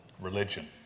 religion